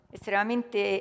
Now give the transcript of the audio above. Estremamente